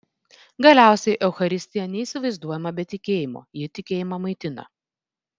galiausiai eucharistija neįsivaizduojama be tikėjimo ji tikėjimą maitina